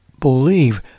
believe